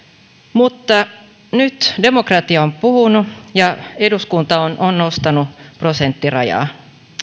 mutta nyt demokratia on puhunut ja eduskunta on on nostanut prosenttirajaa